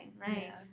right